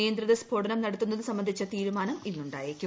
നിയന്ത്രിത സ്ഫോടനം നടത്തുന്നത് സംബന്ധിച്ച തീരുമാനം ഇന്നുണ്ടായേക്കും